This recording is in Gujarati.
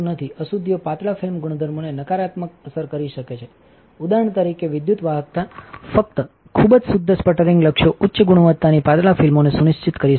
અશુદ્ધિઓ પાતળા ફિલ્મ ગુણધર્મોને નકારાત્મક અસર કરી શકે છે ઉદાહરણ તરીકે વિદ્યુત વાહકતા ફક્ત ખૂબ જ શુદ્ધ સ્પટરિંગ લક્ષ્યો ઉચ્ચ ગુણવત્તાની પાતળા ફિલ્મોને સુનિશ્ચિત કરી શકે છે